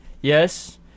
Yes